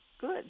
good